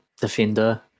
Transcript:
defender